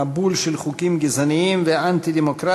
מבול של חוקים גזעניים ואנטי-דמוקרטיים,